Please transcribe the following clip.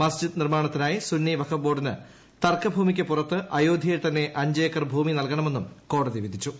മസ്ജിദ് നിർമ്മാണത്തിനായി സുന്നി വഖാഫ് ബോർഡിന് തർക്കഭൂമിക്ക് പുറത്ത് അയോധ്യയിൽ തന്നെ അഞ്ച് ഏക്കർ ഭൂമി നല്കണമെന്നും കോടതി വിധിച്ചു